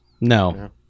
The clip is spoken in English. No